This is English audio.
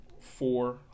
four